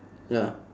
ya